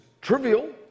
trivial